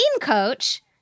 coach